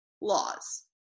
laws